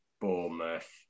Bournemouth